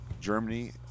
Germany